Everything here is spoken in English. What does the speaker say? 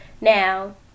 Now